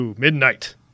Midnight